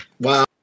Wow